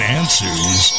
answers